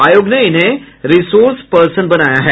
आयोग ने इन्हें रिसोर्स पर्सन बनाया है